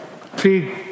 Three